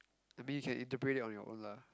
I mean you can interpret it on your own lah